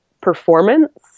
performance